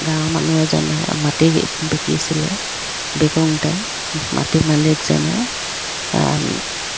গাঁৱৰ মানুহ এজনে মাটি বিকিছিলে বিকোঁতে মাটিৰ মালিকজনে